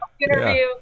interview